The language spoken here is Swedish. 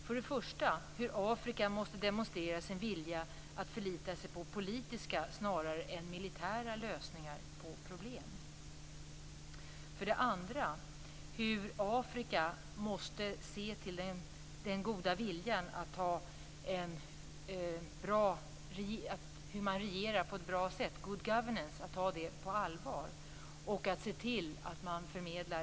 För det första måste Afrika demonstrera sin vilja att förlita sig på politiska snarare än militära lösningar på problem. För det andra måste Afrika ha viljan att regera på ett bra sätt på allvar - good governance.